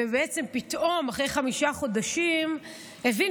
ובעצם פתאום אחרי חמישה חודשים הוא הבין